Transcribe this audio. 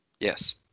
Yes